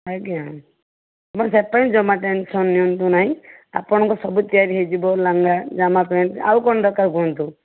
ଆଜ୍ଞା ଆପଣ ସେପାଇଁ ଜମା ଟେନସନ୍ ନିଅନ୍ତୁ ନାହିଁ ଆପଣଙ୍କ ସବୁ ତିଆରି ହେଇଯିବ ଲାଙ୍ଘା ଜାମା ପ୍ୟାଣ୍ଟ ଆଉ କ'ଣ ଦରକାର କୁହନ୍ତୁ